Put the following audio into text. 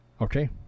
Okay